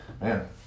man